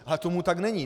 Ale tomu tak není.